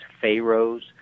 pharaohs